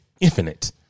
infinite